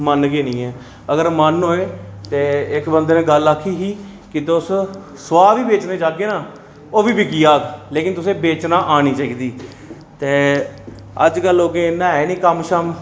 मन गै निं ऐ अगर मन होए ते इक बंदे ने गल्ल आक्खी ही कि तुस सुआह् बी बेचन जाह्गे ना ओह् बी बिकी जाह्ग लेकिन तुसें बेचना आनी चाहिदी ते अज्ज कल लोकें इन्ना ऐ निं कम्म शम्म